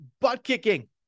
butt-kicking